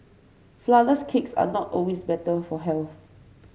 flourless cakes are not always better for health